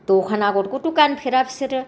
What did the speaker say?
दखान आगरखौथ' गानफेरा बिसोरो